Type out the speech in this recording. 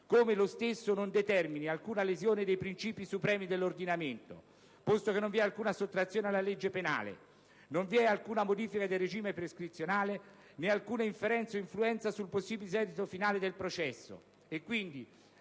come lo stesso non determini alcuna lesione dei principi supremi dell'ordinamento, posto che non vi è alcuna sottrazione alla legge penale, non vi è alcuna modifica del regime prescrizionale, né alcuna inferenza o influenza sul possibile esito finale del processo e, quindi,